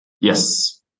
Yes